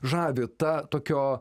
žavi ta tokio